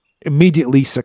immediately